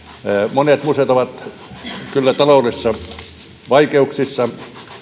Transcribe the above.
monet museot ovat kyllä taloudellisissa vaikeuksissa